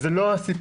זה לא הסיפור.